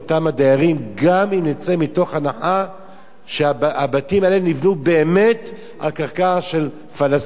הדיירים גם אם נצא מתוך הנחה שהבתים האלה נבנו על קרקע של פלסטינים,